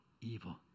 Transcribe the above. evil